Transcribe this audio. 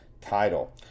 title